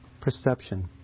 perception